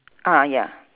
ah ya